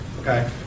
okay